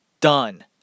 Done